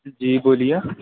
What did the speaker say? جی بولیے